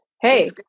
Hey